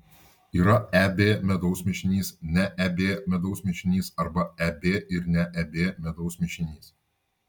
yra eb medaus mišinys ne eb medaus mišinys arba eb ir ne eb medaus mišinys